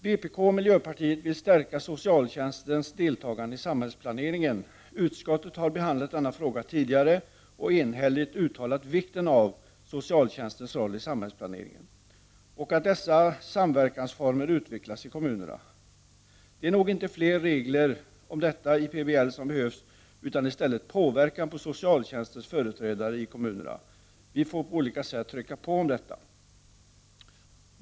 Vpk och miljöpartiet vill stärka socialtjänstens deltagande i samhällsplaneringen. Utskottet har behandlat denna fråga tidigare och enhälligt uttalat vikten av socialtjänstens roll i samhällsplaneringen och att dessa samverkansformer utvecklas i kommunerna. Det är nog inte fler regler om detta i PBL som behövs utan i stället påverkan på socialtjänstens företrädare i kommunerna. Vi får på olika sätt trycka på kommunerna om detta.